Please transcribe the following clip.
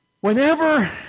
whenever